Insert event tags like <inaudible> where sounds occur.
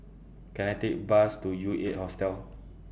Can I Take A Bus to U eight <noise> Hostel